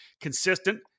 consistent